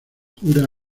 jura